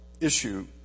issue